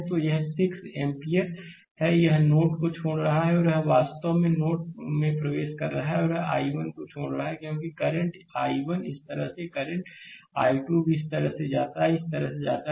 तो यह 6 एम्पीयर है यह नोड को छोड़ रहा है और यह I2 वास्तव में नोड में प्रवेश कर रहा है और यह I1 छोड़ रहा है क्योंकि करंट I1 इस तरह से करंट I2 भी इस तरह से जाता है इस तरह से जाता है